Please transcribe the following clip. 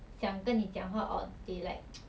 想跟你讲话 or they like